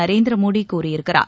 நரேந்திர மோடி கூறியிருக்கிறார்